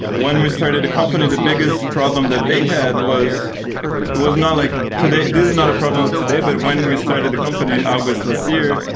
when we started the company, the biggest problem that they had was it was not like this is not a problem today, but when we started the company august last year,